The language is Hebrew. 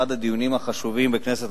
זה אחד הדיונים החשובים בכנסת,